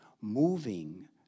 moving